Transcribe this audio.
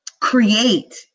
create